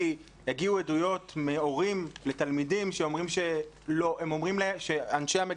כי הגיעו עדויות מהורים לתלמידים שאומרים שאנשי המגמה